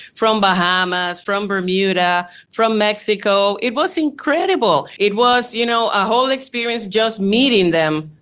from bahamas, from bermuda, from mexico. it was incredible. it was you know a whole experience just meeting them.